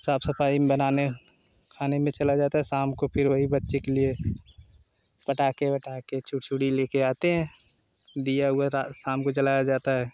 साफ सफाई बनाने खाने में चला जाता है शाम को फिर वही बच्चे के लिए पटाखे वटाखे छुड़छुरी ले के आते हैं दिया विया शाम को जलाया जाता है